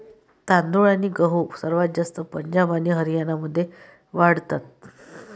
तांदूळ आणि गहू सर्वात जास्त पंजाब आणि हरियाणामध्ये वाढतात